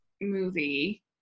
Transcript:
movie